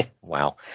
Wow